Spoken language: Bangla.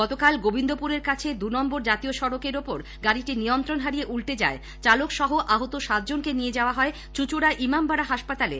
গতকাল গোবিন্দপুরের কাছে দু নম্বর জাতীয় সড়কের ওপর গাড়িটি নিয়ন্ত্রণ হারিয়ে উল্টে যায় চালক সহ আহত সাতজনকে নিয়ে যাওয়া হয় চুচুঁড়া ইমামবাড়া হাসপাতালে